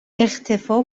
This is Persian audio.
اختفاء